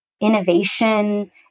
innovation